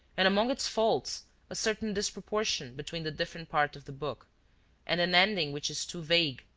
and among its faults a certain disproportion between the different parts of the book and an ending which is too vague,